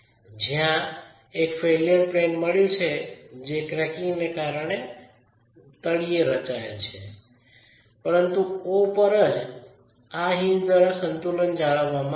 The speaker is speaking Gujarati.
ત્યાં એક ફેઇલ્યર પ્લેન મળ્યું છે જે ક્રેકીંગને કારણે તળિયે રચાયેલ છે પરંતુ O પર જ આ હિન્જ દ્વારા સંતુલન જાળવવામાં આવે છે